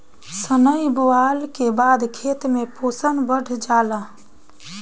सनइ बोअला के बाद खेत में पोषण बढ़ जाला